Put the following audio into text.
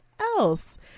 else